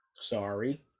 sorry